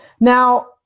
Now